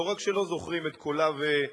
לא רק שלא זוכרים את קולה ועמדותיה,